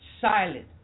silent